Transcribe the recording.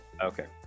Okay